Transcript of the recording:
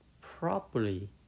properly